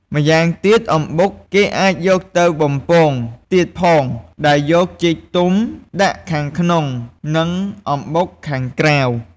ម្យ៉ាងទៀតអំបុកគេអាចយកទៅបំពងទៀតផងដែលយកចេកទុំដាក់ខាងក្នុង និងអំបុកខាងក្រៅ។